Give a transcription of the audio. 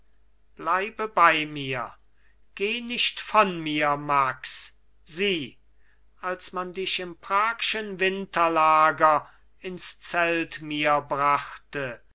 bleibe bei mir geh nicht von mir max sieh als man dich im pragschen winterlager ins zelt mir brachte